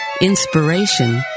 inspiration